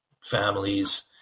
families